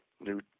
new